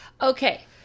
Okay